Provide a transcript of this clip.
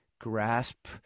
grasp